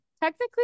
technically